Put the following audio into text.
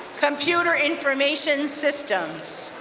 computer information systems.